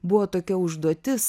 buvo tokia užduotis